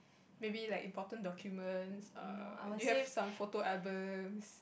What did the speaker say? may be like important documents err do you have some photo album